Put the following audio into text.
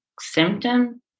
symptom